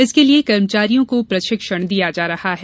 इसके लिये कर्मचारियों को प्रशिक्षण दिया जा रहा है